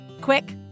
quick